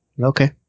Okay